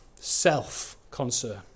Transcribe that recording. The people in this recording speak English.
self-concern